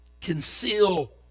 conceal